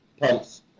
pumps